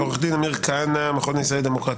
עו"ד עמיר כהנא, המכון הישראלי לדמוקרטיה,